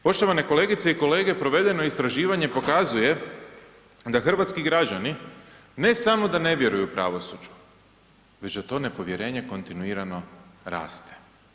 Poštovane kolegice i kolege, provedeno istraživanje pokazuje da hrvatski građani ne samo da ne vjeruju u pravosuđe, već da to nepovjerenje kontinuirano raste.